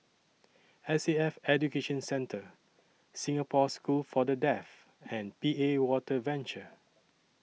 S A F Education Centre Singapore School For The Deaf and P A Water Venture